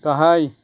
गाहाय